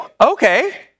Okay